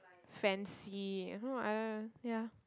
fancy uh I ya